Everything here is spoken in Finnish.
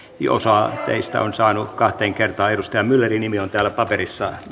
ja osa teistä on saanut kahteen kertaan edustaja myllerin nimi on myöskin täällä paperissa